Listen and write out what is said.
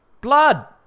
Blood